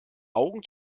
augen